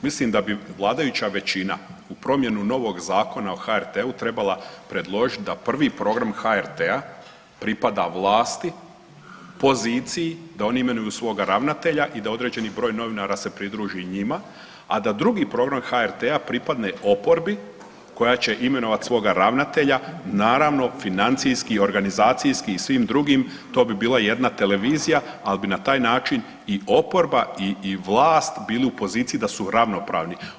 Mislim da bi vladajuća većina u promjenu novog Zakona o HRT-u trebala predložit da prvi program HRT-a pripada vlasti, poziciji, da oni imenuju svoga ravnatelja i da određeni broj novinara se pridruži njima, a da drugi program HRT-a pripadne oporbi koja će imenovati svoga ravnatelja, naravno, financijski organizacijski i svim drugim, to bi bila jedna televizija, al bi na taj način i oporba i vlast bili u poziciji da su ravnopravni.